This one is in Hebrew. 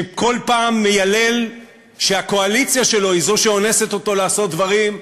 שכל פעם מיילל שהקואליציה שלו היא זו שאונסת אותו לעשות דברים,